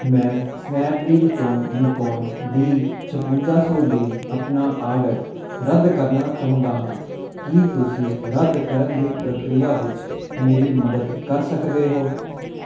ਮੈਂ ਸਨੈਪਡੀਲ ਤੋਂ Nikon D ਛਪੰਜਾ ਸੌ ਲਈ ਆਪਣਾ ਆਰਡਰ ਰੱਦ ਕਰਨਾ ਚਾਹੁੰਦਾ ਹਾਂ ਕੀ ਤੁਸੀਂ ਰੱਦ ਕਰਨ ਦੀ ਪ੍ਰਕਿਰਿਆ ਵਿੱਚ ਮੇਰੀ ਮਦਦ ਕਰ ਸਕਦੇ ਹੋ